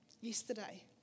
yesterday